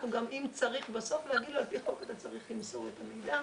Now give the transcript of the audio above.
אם צריך בסוף להגיד לו: על פי חוק אתה צריך למסור את המידע.